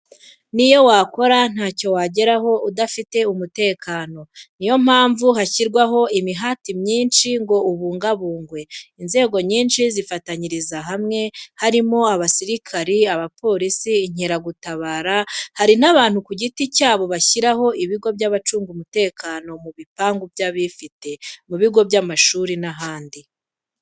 N'iyo wakora ntacyo wageraho udafite umutekano, ni yo mpamvu hashyirwaho imihati myinshi ngo ubungabungwe. Inzego nyinshi zifatanyiriza hamwe, harimo abasirikari, abapolisi, inkeragutabara, hari n'abantu ku giti cyabo bashinga ibigo by'abacunga umutekano mu bipangu by'abifite, mu bigo by'amashuri n'ahandi.